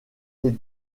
les